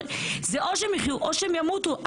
או שהם יחיו או שהם ימותו.